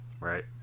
Right